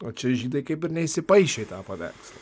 o čia žydai kaip ir neįsipaišė į tą paveikslą